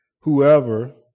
whoever